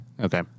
Okay